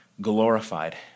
glorified